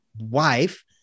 wife